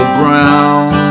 brown